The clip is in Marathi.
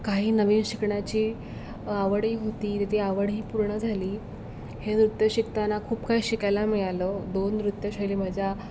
काही नवीन शिकण्याची आवडही होती तर ती आवडही पूर्ण झाली हे नृत्य शिकताना खूप काही शिकायला मिळालं दोन नृत्यशैली माझ्या